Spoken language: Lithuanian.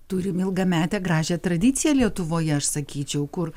turim ilgametę gražią tradiciją lietuvoje aš sakyčiau kur